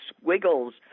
squiggles